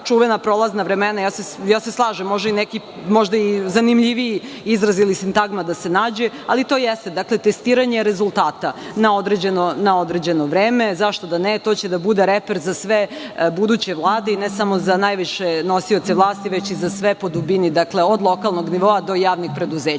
čuvena prolazna vremena, ja se slažem, može i neki možda zanimljiviji izraz ili sintagma da se nađe, ali to jeste testiranje rezultata na određeno vreme. Zašto da ne? To će da bude reper za sve buduće u Vladi i ne samo za najviše nosioce vlasti već i za sve po dubini, dakle, od lokalnog nivoa do javnih preduzeća.